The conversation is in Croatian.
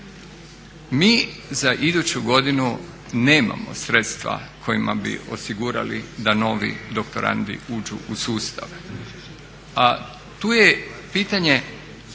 Mi za iduću godinu nemamo sredstva kojima bi osigurali da novi doktorandi uđu u sustav, a tu je pitanje